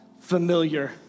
familiar